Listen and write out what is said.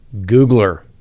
Googler